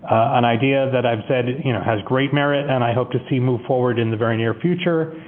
an idea that i've said has great merit and i hope to see move forward in the very near future.